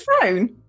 phone